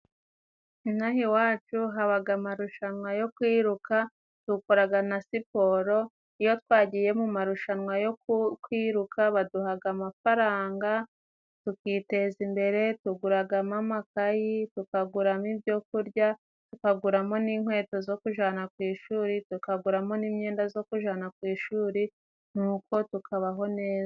Inaha iwacu habaga amarushanwa yo kuyiruka dukoraga na siporo, iyo twagiye mu marushanwa yo kwiruka baduhaga amafaranga tukiteza imbere, tuguraragamo amakayi tukaguramo ibyo kurya, tukaguramo n'inkweto zo kujana ku ishuri, tukaguramo n'imyenda zo ku ijana ku ishuri nuko tukabaho neza.